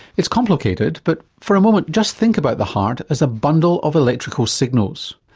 it's complicated but for a moment just think about the heart as a bundle of electrical signals.